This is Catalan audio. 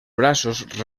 braços